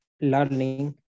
learning